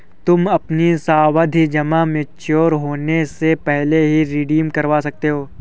तुम अपनी सावधि जमा मैच्योर होने से पहले भी रिडीम करवा सकते हो